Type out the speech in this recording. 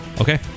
okay